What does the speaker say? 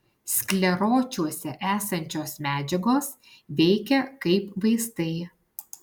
skleročiuose esančios medžiagos veikia kaip vaistai